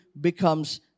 becomes